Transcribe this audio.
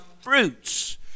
fruits